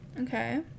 Okay